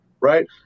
right